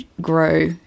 grow